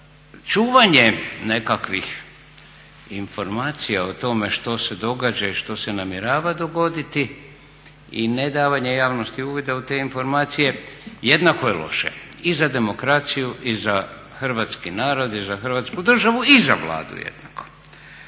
Čuvanje nekakvih informacija o tome što se događa i što se namjerava dogoditi i nedavanje javnosti uvida u te informacije jednako je loše i za demokraciju i za hrvatski narod i za hrvatsku državu i za Vladu jednako.